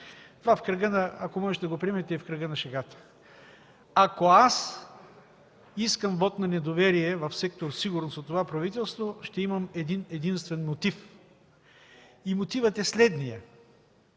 Това, ако можете да го приемете, е в кръга на шегата. Ако аз искам вот на недоверие в сектор „Сигурност” от това правителство, ще имам един-единствен мотив и мотивът е следният: